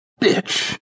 bitch